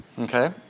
Okay